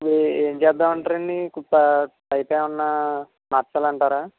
ఏం చేద్దాం అంటారండి కో ప పైప్ ఏమన్న మార్చాలంటారా